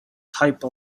type